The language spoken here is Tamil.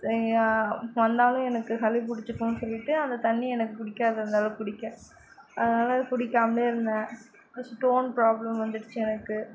வந்தாலும் எனக்கு சளி பிடித்துக்குன்னு சொல்லிவிட்டு அந்த தண்ணியை எனக்கு பிடிக்காது அந்தளவுக்கு குடிக்க அதனால் குடிக்காம இருந்தேன் ஸ்டோன் ப்ராப்ளம் வந்துருச்சு எனக்கு